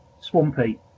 Swampy